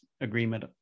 Agreement